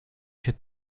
się